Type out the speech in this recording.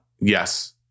Yes